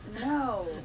No